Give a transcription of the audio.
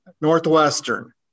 Northwestern